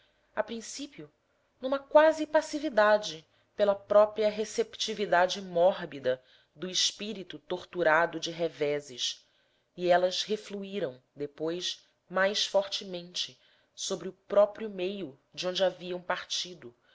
a princípio numa quase passividade pela própria receptividade mórbida do espírito torturado de reveses e elas refluíram depois mais fortemente sobre o próprio meio de onde haviam partido